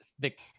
thick